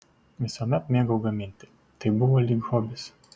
visuomet mėgau gaminti tai buvo lyg hobis